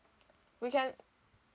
we can